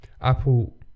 Apple